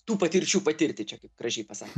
tų patirčių patirti čia kaip gražiai pasakė